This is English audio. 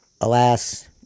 alas